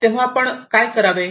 तेव्हा आपण काय करावे